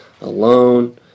alone